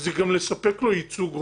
זה גם לספק לו ייצוג הולם.